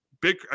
big